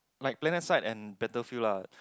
like planet side and battlefield lah